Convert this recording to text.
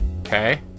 Okay